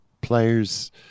players